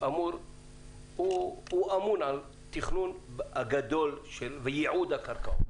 אמון על התכנון הגדול וייעוד הקרקעות.